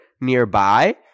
nearby